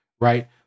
right